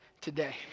today